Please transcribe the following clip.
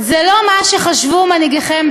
על-פי המשנה,